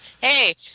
Hey